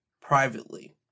privately